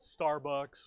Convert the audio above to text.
Starbucks